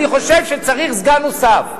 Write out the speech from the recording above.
ואני חושב שצריך סגן נוסף.